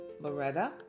Loretta